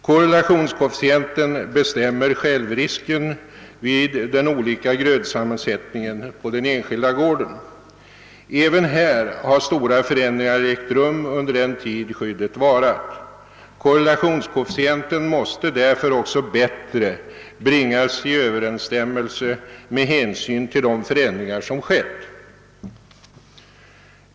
Korrelationskoefficienten bestämmer självrisken vid olika grödsammansättning på den enskilda gården. Även här har stora förändringar ägt rum under den tid skyddet varat. Korrelationskoefficienten måste därför också bättre bringas i överensstämmelse med hänsyn till de förändringar, som skett.